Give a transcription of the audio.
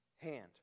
hand